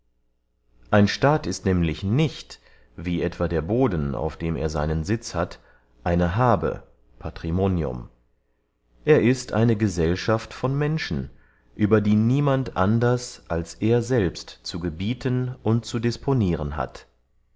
ein staat ist nämlich nicht wie etwa der boden auf dem er seinen sitz hat eine haabe patrimonium er ist eine gesellschaft von menschen über die niemand anders als er selbst zu gebieten und zu disponiren hat